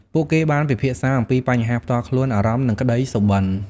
ពួកគេបានពិភាក្សាអំពីបញ្ហាផ្ទាល់ខ្លួន អារម្មណ៍ និងក្តីសុបិន្ត។